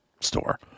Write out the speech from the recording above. store